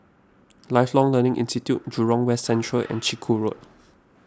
Lifelong Learning Institute Jurong West Central and Chiku Road